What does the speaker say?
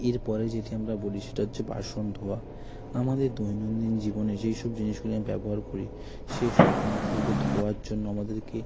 এর পরে যেটি আমরা বলি সেটা হচ্ছে বাসন ধোয়া আমাদের দৈনন্দিন জীবনে যেই সব জিনিসগুলি আমি ব্যবহার করি সেই সব জিনিসগুলোকে ধোয়ার জন্য আমাদেরকে